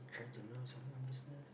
um trying to know someone business